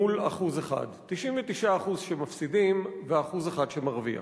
מול 1% 99% שמפסידים ו-1% שמרוויח.